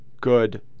good